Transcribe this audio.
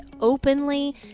openly